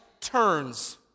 turns